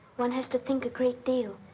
one has to think a great deal.